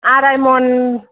आराइ मन